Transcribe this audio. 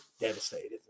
devastated